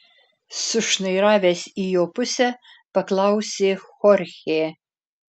sušnairavęs į jo pusę paklausė chorchė